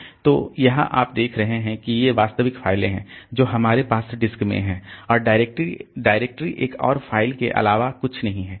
तो यहाँ आप देख रहे हैं कि ये वास्तविक फाइलें हैं जो हमारे पास डिस्क में हैं और डायरेक्टरी एक और फाइल के अलावा और कुछ नहीं है